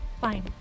Fine